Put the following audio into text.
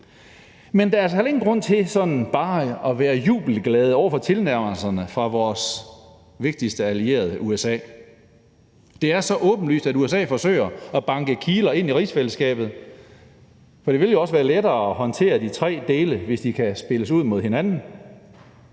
Men der er altså heller ingen grund til sådan bare at være jublende glade over tilnærmelserne fra vores vigtigste allierede: USA. Det er så åbenlyst, at USA forsøger at banke kiler ind i rigsfællesskabet, for det vil jo også være lettere at håndtere de tre dele, hvis de kan spilles ud mod hinanden.